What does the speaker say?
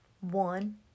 one